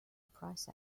price